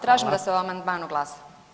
Tražim da se o amandmanu glasa.